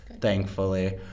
thankfully